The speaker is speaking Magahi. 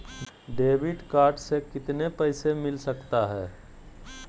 डेबिट कार्ड से कितने पैसे मिलना सकता हैं?